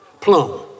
Plum